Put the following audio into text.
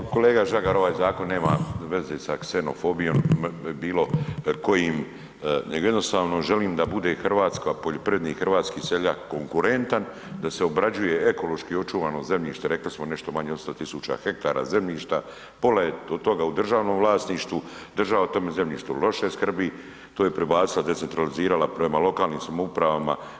Ma kolega Žagar, ovaj zakon nema veze sa ksenofobijom, bilo kojim, nego jednostavno želim da bude RH, poljoprivredni hrvatski seljak konkurentan, da se obrađuje ekološki očuvano zemljište, rekli smo nešto manje od 100 000 hektara zemljišta, pola je od toga u državnom vlasništvu, država o tome zemljištu loše skrbi, to je prebacila, decentralizirala prema lokalnim samoupravama.